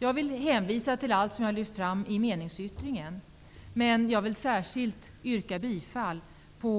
Jag vill hänvisa till allt som jag har lyft fram i meningsyttringen, men jag vill särskilt yrka bifall till